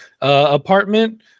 apartment